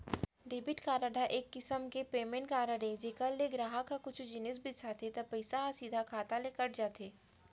debit card ह एक किसम के पेमेंट कारड अय जेकर ले गराहक ह कुछु जिनिस बिसाथे त पइसा ह सीधा खाता ले कट जाथे